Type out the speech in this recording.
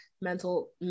mental